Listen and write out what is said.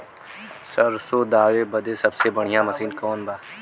सरसों दावे बदे सबसे बढ़ियां मसिन कवन बा?